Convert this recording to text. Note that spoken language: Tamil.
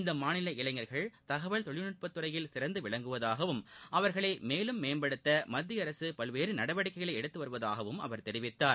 இந்த மாநில இளைஞர்கள் தகவல் தொழில்நட்பத்துறையில் சிறந்து விளங்குவதாகவும் அவர்களை மேலும் மேம்படுத்த மத்திய அரசு பல்வேறு நடவடிக்கைகளை எடுத்து வருவதாகவும் அவர் தெரிவித்தார்